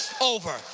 over